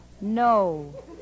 No